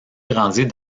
grandit